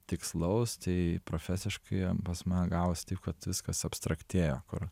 tikslaus tai profesiškai pas mane gavosi taip kad viskas abstraktėjo kur